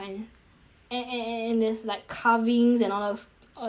and and and there's like carvings and all those al~ all that crap